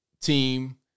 Team